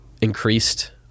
increased